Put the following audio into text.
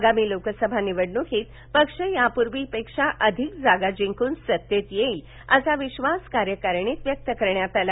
आगामी लोकसभा निवडणुकीत पक्ष यापूर्वीच्या पेक्षा अधिक जागा जिंकून पुन्हा सत्तेत येईल असं विधास कार्यकारिणीत व्यक्त करण्यात आला